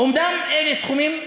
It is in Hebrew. אומנם אלה סכומים חשובים,